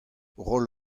roll